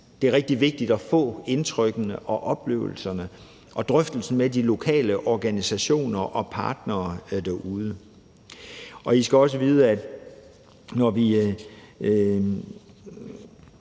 Det er rigtig vigtigt at få indtrykkene og oplevelserne og drøftelsen med de lokale organisationer og partnere derude. I skal også vide, at når vi